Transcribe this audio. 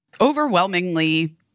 overwhelmingly